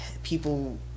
people